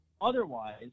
Otherwise